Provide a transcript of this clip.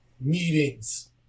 meetings